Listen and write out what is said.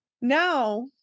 now